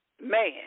man